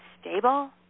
stable